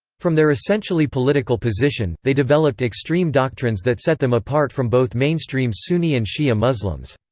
from their essentially political position, they developed extreme doctrines that set them apart from both mainstream sunni and shi'a muslims.